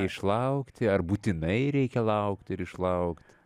išlaukti ar būtinai reikia laukt ir išlaukt